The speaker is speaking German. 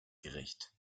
gericht